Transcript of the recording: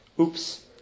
Oops